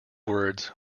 words